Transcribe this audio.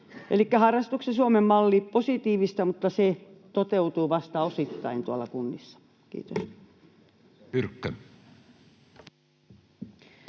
Elikkä harrastamisen Suomen malli on positiivista, mutta se toteutuu vasta osittain tuolla kunnissa. — Kiitos.